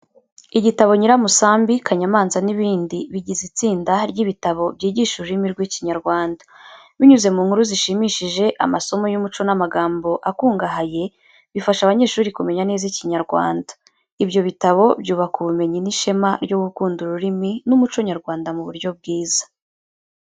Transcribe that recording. Igitabo Nyiramusambi, Kanyamanza n’ibindi bigize itsinda ry’ibitabo byigisha ururimi rw’Ikinyarwanda. Binyuze mu nkuru zishimishije, amasomo y’umuco n’amagambo akungahaye, bifasha abanyeshuri kumenya neza Ikinyarwanda. Ibyo bitabo byubaka ubumenyi n’ishema ryo gukunda ururimi n’umuco nyarwanda mu buryo bwiza.